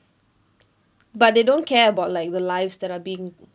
but they don't care about like the lives that are being